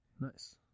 Nice